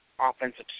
offensive